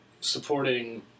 supporting